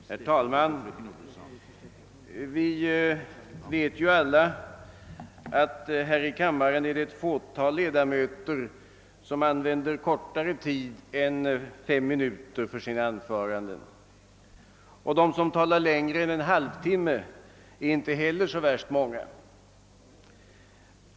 Herr talman! Vi vet ju alla att det här i kammaren är ett fåtal ledamöter som använder kortare tid än fem minuter för sina anföranden. De som talar längre än en halvtimme är inte heller så värst många.